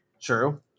True